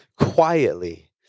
quietly